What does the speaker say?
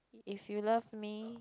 if you love me